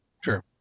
Sure